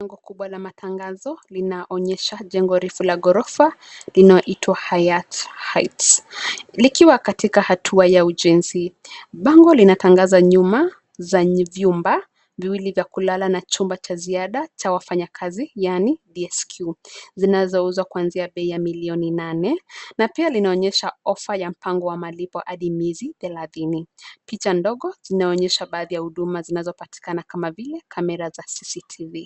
Bango kubwa la matangazo linaonyesha jengo refu la gorofa inayoitwa Hayat Heights likiwa katika hatua ya ujenzi. Bango linatangaza vyumba viwili vya kulala na chumba cha ziada cha wafanyakazi yaani DSQ zinazouzwa kuanzia bei ya millioni nane, na pia linaonyesha offer ya mpango wa malipo hadi miezi thelathini. Picha ndogo zinaonyesha baadhi ya huduma zinazo patikana kama vile kamera za CCTV .